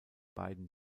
beiden